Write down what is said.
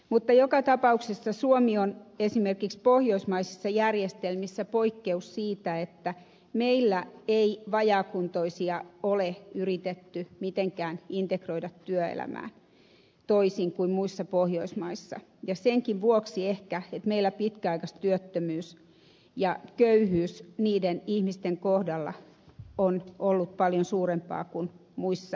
mutta joka tapauksessa suomi on esimerkiksi pohjoismaisissa järjestelmissä poikkeus siitä että meillä ei vajaakuntoisia ole yritetty mitenkään integroida työelämään toisin kuin muissa pohjoismaissa ja senkin vuoksi ehkä meillä pitkäaikaistyöttömyys ja köyhyys niiden ihmisten kohdalla on ollut paljon suurempaa kuin muissa pohjoismaissa